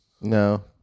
No